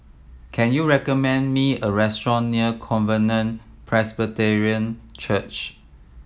can you recommend me a restaurant near Covenant Presbyterian Church